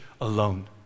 alone